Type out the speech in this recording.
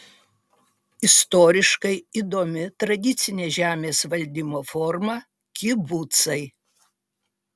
istoriškai įdomi tradicinė žemės valdymo forma kibucai